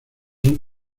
son